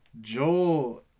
Joel